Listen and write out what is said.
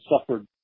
suffered